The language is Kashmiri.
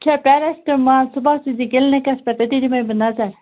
کھیٚے پیرٮ۪سٹٕمال صُبَحس ایٖزِ کِلنِکَس پٮ۪ٹھ تٔتی دِمَے بہٕ نظر